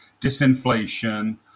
disinflation